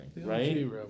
right